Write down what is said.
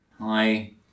hi